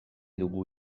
dugu